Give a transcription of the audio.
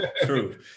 true